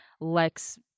Lex